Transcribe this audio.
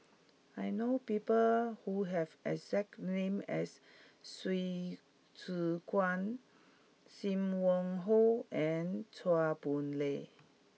I know people who have the exact name as Hsu Tse Kwang Sim Wong Hoo and Chua Boon Lay